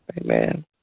Amen